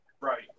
Right